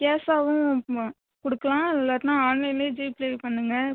கேஷாகவும் ம் கொடுக்கலாம் இல்லாட்டினா ஆன்லைன்ல ஜிபே பண்ணுங்கள்